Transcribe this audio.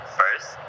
first